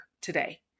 today